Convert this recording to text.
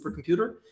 supercomputer